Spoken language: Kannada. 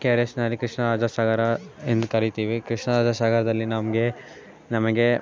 ಕೆ ಆರ್ ಎಸ್ಸಿನಲ್ಲಿ ಕೃಷ್ಣರಾಜಸಾಗರ ಎಂದು ಕರಿತೀವಿ ಕೃಷ್ಣರಾಜಸಾಗರದಲ್ಲಿ ನಮಗೆ ನಮಗೆ